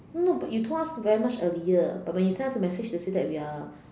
no but you told us very much earlier but when you sent us the message to say that we are